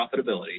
profitability